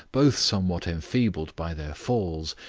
both somewhat enfeebled by their falls,